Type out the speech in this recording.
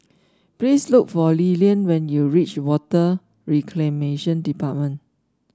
please look for Lilian when you reach Water Reclamation Department